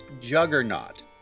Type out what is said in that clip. juggernaut